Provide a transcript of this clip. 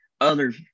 others